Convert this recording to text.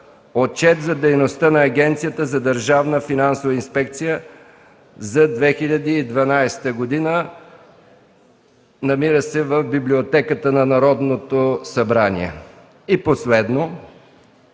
Отчет за дейността на Агенцията за държавна финансова инспекция за 2012 г., намира се в Библиотеката на Народното събрание. И последно